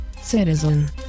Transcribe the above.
citizen